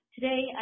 Today